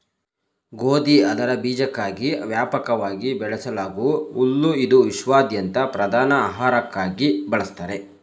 ಗೋಧಿ ಅದರ ಬೀಜಕ್ಕಾಗಿ ವ್ಯಾಪಕವಾಗಿ ಬೆಳೆಸಲಾಗೂ ಹುಲ್ಲು ಇದು ವಿಶ್ವಾದ್ಯಂತ ಪ್ರಧಾನ ಆಹಾರಕ್ಕಾಗಿ ಬಳಸ್ತಾರೆ